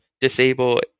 disable